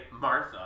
Martha